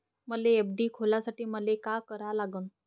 मले एफ.डी खोलासाठी मले का करा लागन?